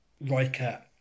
Riker